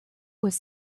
was